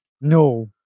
No